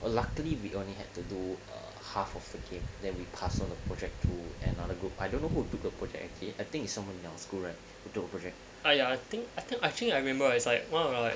well luckily we only have to do half of the game that we pass on the project to another group I don't know who took a project I think is someone else go right bedok project !aiya! I think I think I think I remember I was like !wow!